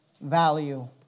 value